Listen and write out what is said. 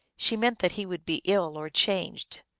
she meant that he would be ill or changed.